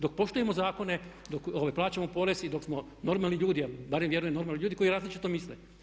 Dok poštujemo zakone, dok plaćamo porez i dok smo normalni ljudi a barem vjerujem normalni ljudi koji različito misle.